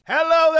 Hello